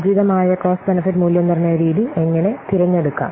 ഉചിതമായ cost benefit മൂല്യനിർണ്ണയ രീതി എങ്ങനെ തിരഞ്ഞെടുക്കാം